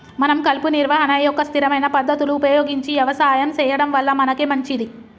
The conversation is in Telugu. మనం కలుపు నిర్వహణ యొక్క స్థిరమైన పద్ధతులు ఉపయోగించి యవసాయం సెయ్యడం వల్ల మనకే మంచింది